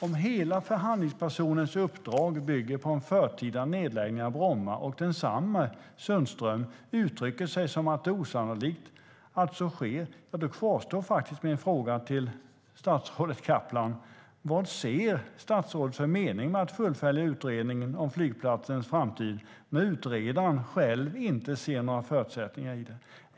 Om hela förhandlingspersonens uppdrag bygger på en förtida nedläggning av Bromma och Sundström uttrycker att det är osannolikt att det sker, kvarstår mina frågor till statsrådet Kaplan: Vad ser statsrådet för mening med att fullfölja utredningen om flygplatsens framtid när utredaren själv inte ser några förutsättningar i den?